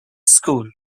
school